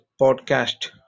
podcast